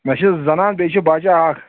مےٚ چھِ زنان بیٚیہِ چھِ بَچہ اَکھ